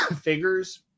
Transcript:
figures